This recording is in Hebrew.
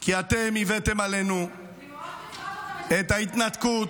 כי אתם הבאתם עלינו, זה ממש, את ההתנתקות,